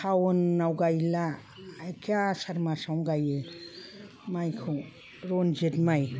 सावोनाव गायला एखे आसार मासावनो गायो माइखौ रनजित माइ